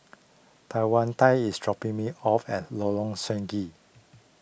Tawanda is dropping me off at Lorong Stangee